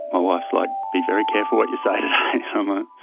my wife's like, be very careful what you say um ah